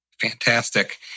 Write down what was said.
Fantastic